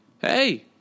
Hey